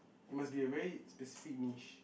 it must be a very specific niche